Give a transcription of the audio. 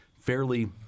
fairly